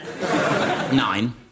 Nine